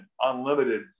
unlimited